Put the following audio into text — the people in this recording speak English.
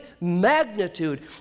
magnitude